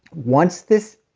once this